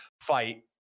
fight